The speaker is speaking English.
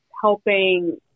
helping